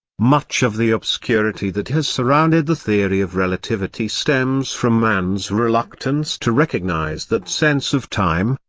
much of the obscurity that has surrounded the theory of relativity stems from man's reluctance to recognize that sense of time,